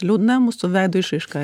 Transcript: liūdna mūsų veido išraiška